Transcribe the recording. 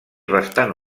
bastant